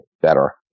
better